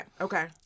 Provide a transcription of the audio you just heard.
okay